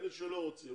ואתה שלא רוצים,